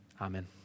Amen